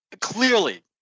clearly